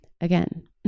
again